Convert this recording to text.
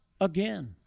again